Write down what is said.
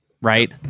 Right